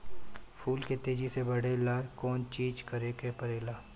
फूल के तेजी से बढ़े ला कौन चिज करे के परेला?